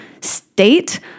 state